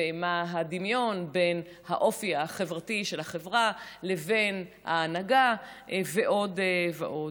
ומה הדמיון בין האופי החברתי של החברה לבין ההנהגה ועוד ועוד.